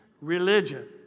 religion